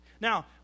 Now